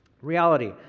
Reality